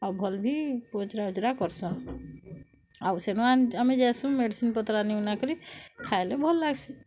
ଆଉ ଭଲ୍ ଭି ପଚ୍ରା ଉଚ୍ରା କର୍ସନ୍ ଆଉ ସେନୁ ଆମେ ଯାଏସୁଁ ମେଡିସିନ୍ ପତର୍ ଆନି ଉନାକରି ଖାଏଲେ ଭଲ୍ ଲାଗ୍ସି